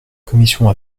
commission